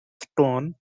stone